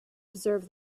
observe